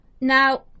Now